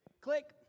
Click